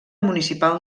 municipal